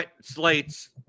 slates